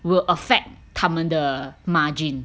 will affect 他们的 margin